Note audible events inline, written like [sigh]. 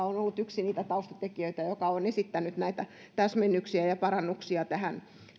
[unintelligible] on ollut yksi niitä taustatekijöitä joka on esittänyt näitä täsmennyksiä ja ja parannuksia tähän